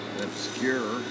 Obscure